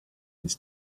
his